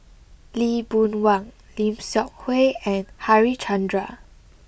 Lee Boon Wang Lim Seok Hui and Harichandra